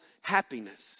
happiness